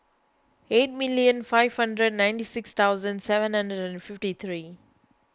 eight million five hundred ninety six thousand seven hundred and fifty three